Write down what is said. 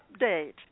Update